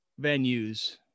venues